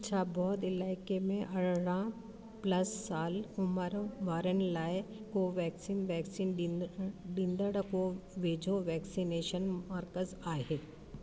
छा बौध इलाइके में अरिड़हं प्लस साल उमिरि वारनि लाइ कोवेक्सीन वैक्सीन ॾीं ॾींदड़ को वेझो वैक्सनेशन मर्कज़ आहे